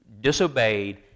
disobeyed